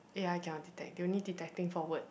ya A_I cannot detect they only detecting for word